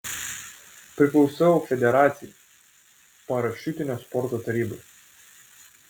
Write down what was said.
priklausau federacijai parašiutinio sporto tarybai